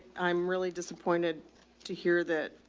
i'm really disappointed to hear that,